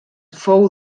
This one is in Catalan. fou